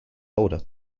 older